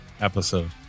episode